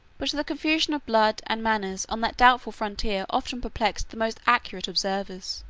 but the confusion of blood and manners on that doubtful frontier often perplexed the most accurate observers.